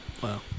wow